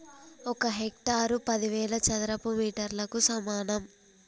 ఒక హెక్టారు పదివేల చదరపు మీటర్లకు సమానం